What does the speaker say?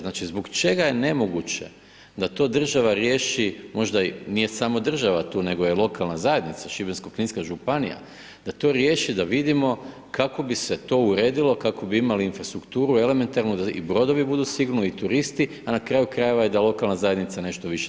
Znači zbog čega je nemoguće da to država riješi možda i nije samo država tu, nego je i lokalna zajednica, Šibensko-kninska županija, da to riješi, da vidimo kako bi se to uredilo, kako bi imali infrastrukturu elementarnu da i brodovi budu sigurni i turisti i na kraju krajeva i da lokalna zajednica nešto više zaradi.